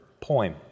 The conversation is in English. poem